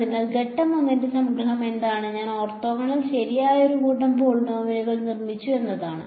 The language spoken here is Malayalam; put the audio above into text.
അതിനാൽ ഘട്ടം 1 ന്റെ സംഗ്രഹം എന്താണ് ഞാൻ ഓർത്തോഗണൽ ശരിയായ ഒരു കൂട്ടം പോളിനോമിയലുകൾ നിർമ്മിച്ചു എന്നതാണ്